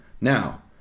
Now